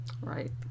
Right